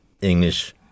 English